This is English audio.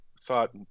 thought